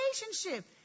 relationship